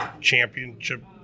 championship